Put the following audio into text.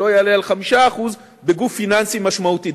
שלא יעלה על 5% בגוף פיננסי משמעותי.